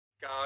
go